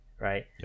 right